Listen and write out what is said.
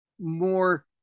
more